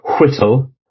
whittle